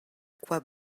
quoi